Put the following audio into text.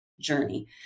journey